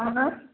आना